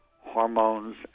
hormones